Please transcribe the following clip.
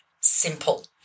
simple